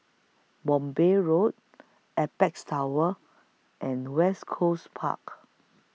Mowbray Road Apex Tower and West Coast Park